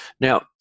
Now